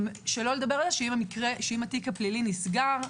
שלא לדבר על זה שאם התיק הפלילי נסגר,